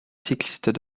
cyclistes